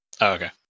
okay